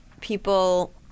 people